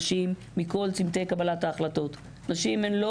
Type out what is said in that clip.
מצאתם את